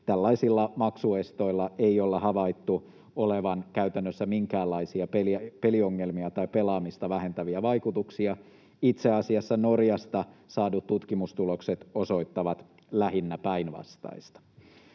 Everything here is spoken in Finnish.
tällaisilla maksuestoilla ei olla havaittu olevan käytännössä minkäänlaisia peliongelmia tai pelaamista vähentäviä vaikutuksia. Itse asiassa Norjasta saadut tutkimustulokset osoittavat lähinnä päinvastaista.